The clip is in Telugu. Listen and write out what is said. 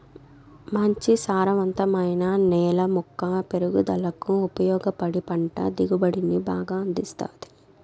మంచి సారవంతమైన నేల మొక్క పెరుగుదలకు ఉపయోగపడి పంట దిగుబడిని బాగా అందిస్తాది